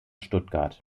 stuttgart